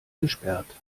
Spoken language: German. gesperrt